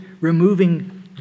removing